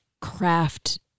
craft